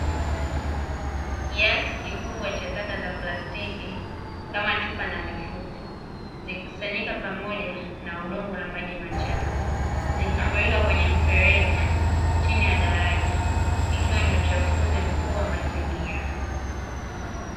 Kiasi kikubwa cha taka za prastiki, kama chupa na mifuko, zikikusanyika pamoja na udongo na maji machafu, zikifurika kwenye mfereji, chini ya daraja, ikiwa ni uchafuzi mkubwa wa mazingira.